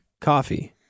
coffee